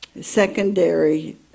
secondary